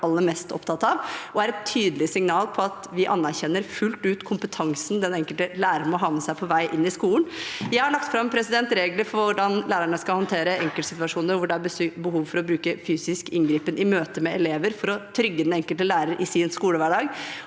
aller mest opptatt av, og det er et tydelig signal om at vi anerkjenner fullt ut kompetansen den enkelte lærer må ha med seg på vei inn i skolen. Jeg har også lagt fram regler for hvordan lærerne skal håndtere de enkeltsituasjonene hvor det er behov for å bruke fysisk inngripen i møte med elever for å trygge den enkelte lærer i sin skolehverdag.